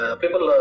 people